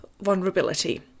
vulnerability